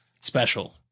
special